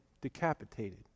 decapitated